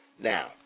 Now